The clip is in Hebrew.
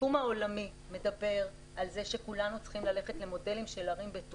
הסיכום העולמי מדבר על זה שכולנו צריכים ללכת למודל של ערים בטוחות,